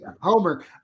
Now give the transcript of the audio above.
Homer